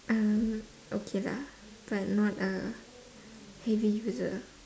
um okay lah but not a heavy user